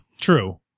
True